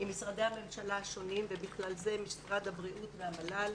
עם משרדי הממשלה השונים ובכלל זה עם משרד הבריאות והמל"ל